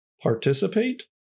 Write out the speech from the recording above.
participate